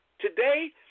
Today